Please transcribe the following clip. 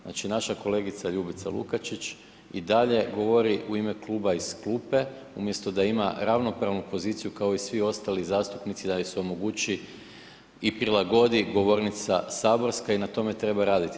Znači kolegica Ljubica Lukačić i dalje govori u ime kluba iz klupe umjesto da ima ravnopravnu poziciju kao i svi ostali zastupnici da joj se omogući i prilagodi govornica saborska i na tome treba raditi.